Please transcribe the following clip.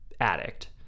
addict